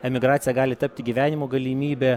emigracija gali tapti gyvenimo galimybe